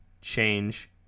change